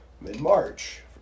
mid-March